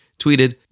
tweeted